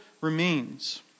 remains